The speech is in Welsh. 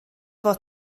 fod